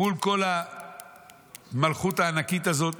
מול כל המלכות הענקית הזאת,